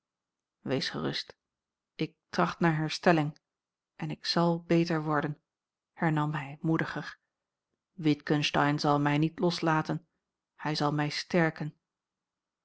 wees gerust ik tracht naar herstelling en ik zal beter worden hernam hij moediger witgensteyn zal mij niet loslaten hij zal mij sterken